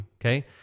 Okay